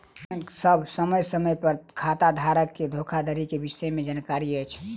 bank सभ समय समय पर खाताधारक के धोखाधड़ी के विषय में जानकारी अछि